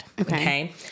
Okay